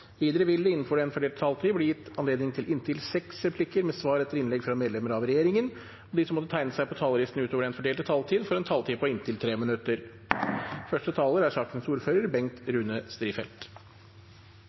Videre vil det – innenfor den fordelte taletid – bli gitt anledning til replikker med svar etter innlegg fra medlemmer av regjeringen, og de som måtte tegne seg på talerlisten utover den fordelte taletid, får en taletid på inntil 3 minutter.